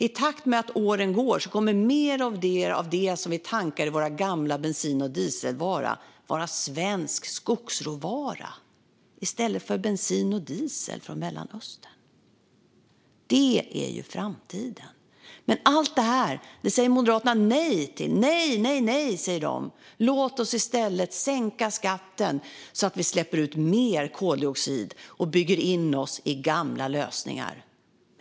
I takt med att åren går kommer mer av det som vi tankar i våra gamla bensin och dieselbilar att vara svensk skogsråvara i stället för bensin och diesel från Mellanöstern. Det är framtiden. Allt detta säger Moderaterna nej till. De säger nej och åter nej. Låt oss i stället sänka skatten så att vi släpper ut mer koldioxid och bygger in oss i gamla lösningar.